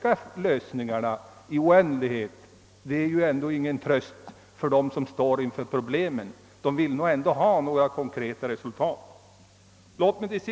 Att man i oändlighet försöker finna lösningar är inte någon tröst för dem som nu står inför problem. De vill ha konkreta resultat.